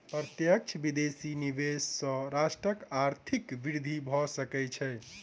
प्रत्यक्ष विदेशी निवेश सॅ राष्ट्रक आर्थिक वृद्धि भ सकै छै